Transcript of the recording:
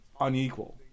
unequal